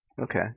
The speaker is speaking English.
Okay